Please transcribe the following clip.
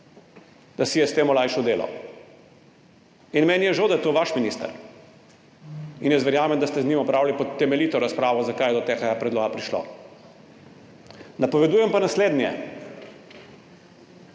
da si je s tem olajšal delo. Meni je žal, da je to vaš minister. Verjamem, da ste z njim opravili temeljito razpravo, zakaj je do tega predloga prišlo. Napovedujem pa naslednje: